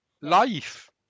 Life